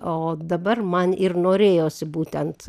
o dabar man ir norėjosi būtent